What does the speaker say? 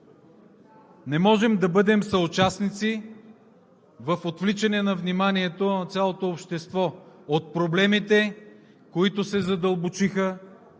Не можем да бъде съучастници в отвличане на вниманието на цялото общество от проблемите, които се задълбочиха